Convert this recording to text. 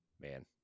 man